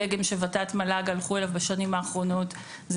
הדגם שוות"ת-מל"ג הלכו עליו בשנים האחרונות הוא